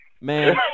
Man